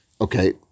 Okay